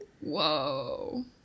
Whoa